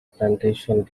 plantations